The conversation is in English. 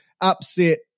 upset